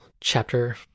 chapter